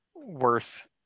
worth